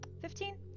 Fifteen